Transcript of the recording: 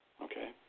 Okay